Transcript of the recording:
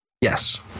Yes